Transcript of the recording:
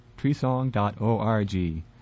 treesong.org